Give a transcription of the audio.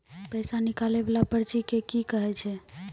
पैसा निकाले वाला पर्ची के की कहै छै?